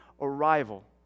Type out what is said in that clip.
arrival